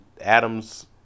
Adams